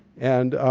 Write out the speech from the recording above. and